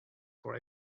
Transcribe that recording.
for